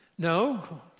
No